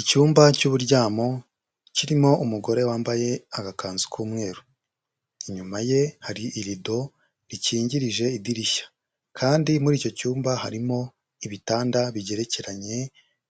Icyumba cy'uburyamo kirimo umugore wambaye agakanzu k'umweru, inyuma ye hari irido rikingirije idirishya kandi muri icyo cyumba harimo ibitanda bigerekeranye,